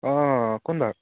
অঁ কোন বাৰু